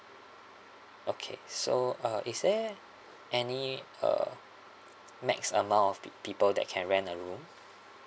okay so uh is there any uh max amount of people that can rent a room